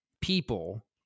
people